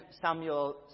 Samuel